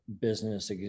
business